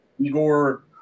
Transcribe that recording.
Igor